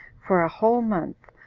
for a whole month,